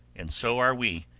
and so are we,